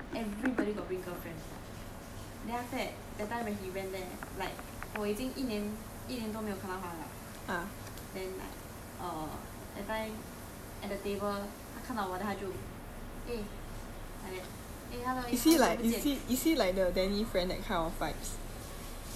cause 那时候我们一起吃 then everybody got bring girlfriend then after that that time when he went there like 我已经一年一年多没有看到他了 then like err that time at the table 他看到我 then 他就 eh eh hello eh hello 好久不见